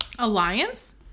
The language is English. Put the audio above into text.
Alliance